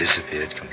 disappeared